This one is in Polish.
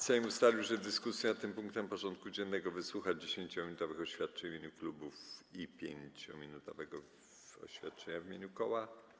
Sejm ustalił, że w dyskusji nad tym punktem porządku dziennego wysłucha 10-minutowych oświadczeń w imieniu klubów i 5-minutowego oświadczenia w imieniu koła.